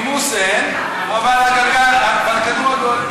נימוס אין, אבל הכדור עגול.